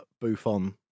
Buffon